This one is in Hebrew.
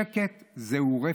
שקט הוא רפש,